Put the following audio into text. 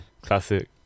Classic